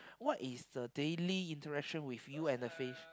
what is the daily interaction of you and the fish